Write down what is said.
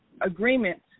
agreement